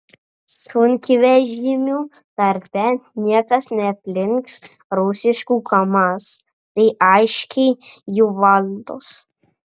sunkvežimių tarpe niekas neaplenks rusiškų kamaz tai aiškiai jų valdos